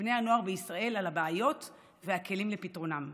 בני הנוער בישראל על הבעיות והכלים לפתרונן.